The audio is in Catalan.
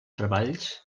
treballs